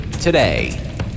today